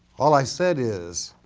all i said is,